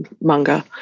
manga